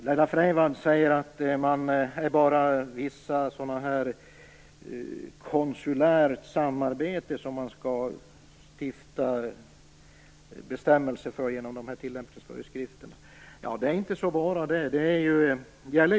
Laila Freivalds anför att det bara är för visst konsulärt samarbete som man skall stifta bestämmelser i tillämpningsföreskrifterna. Hon säger "bara", men det är inte så litet.